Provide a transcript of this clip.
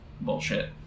bullshit